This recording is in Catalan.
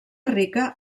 rica